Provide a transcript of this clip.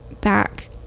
back